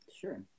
Sure